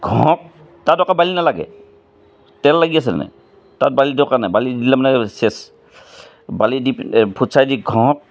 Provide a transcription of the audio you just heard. ঘঁহক তাত আকৌ বালি নেলাগে তেল লাগি আছে নে নাই তাত বালি দৰকাৰ নাই বালি দিলে মানে চেচ বালি দি পিনে এই ফুটছাই দি পিনে ঘঁহক